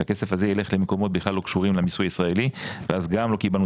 שהכסף הזה ילך למקומות בכלל לא קשורים למיסוי הישראלי ואז גם לא קיבלנו